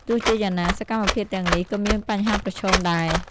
ទោះជាយ៉ាងណា សកម្មភាពទាំងនេះក៏មានបញ្ហាប្រឈមដែរ។